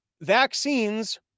vaccines